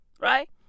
Right